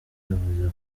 yavuze